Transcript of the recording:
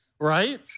Right